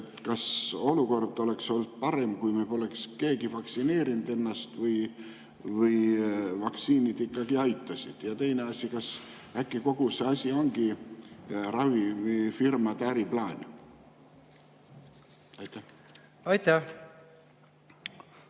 kas olukord oleks olnud parem, kui me poleks keegi ennast vaktsineerinud, või vaktsiinid ikkagi aitasid? Teine asi: kas äkki kogu see asi ongi ravimifirmade äriplaan? Aitäh!